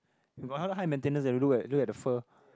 you got a lot high maintenance eh look at look at the fur